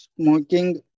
smoking